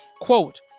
quote